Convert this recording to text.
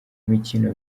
imikino